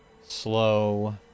slow